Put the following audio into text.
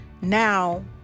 now